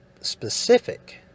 specific